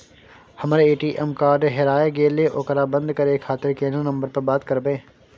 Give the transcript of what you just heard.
हमर ATM card हेराय गेले ओकरा बंद करे खातिर केना नंबर पर बात करबे?